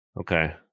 Okay